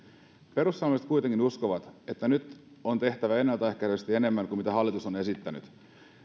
perussuomalaiset kuitenkin uskovat että nyt on tehtävä ennaltaehkäisevästi enemmän kuin mitä hallitus on esittänyt